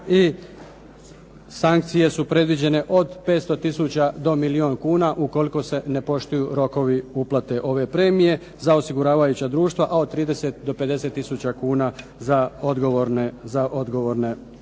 i sankcije su predviđene od 500 tisuća do milijun kuna, ukoliko se ne poštuju rokovi uplate ove premije za osiguravajuća društva, a od 30 do 50 tisuća kuna za odgovorne osobe.